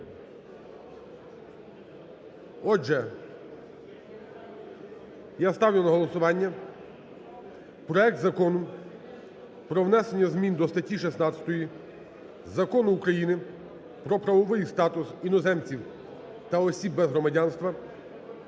Отже, я ставлю на голосування проект Закону про внесення змін до статті 16 Закону України "Про правовий статус іноземців та осіб без громадянства"